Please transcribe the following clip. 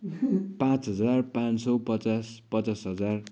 पाँच हजार पाँच सय पचास पचास हजार